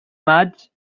maig